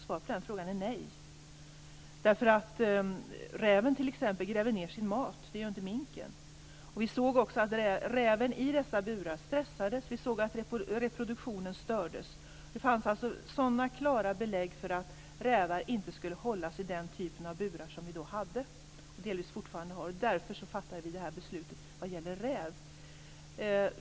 Svaret på den frågan är nej. Räven gräver ned sin mat, det gör inte minken. Räven stressades i burarna och reproduktionen stördes. Det fanns alltså klara belägg för att rävar inte skulle hållas i den typ av burar som då fanns och som delvis fortfarande finns. Därför fattade vi ett sådant beslut när det gäller räv.